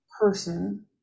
person